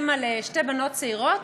אימא לשתי בנות צעירות,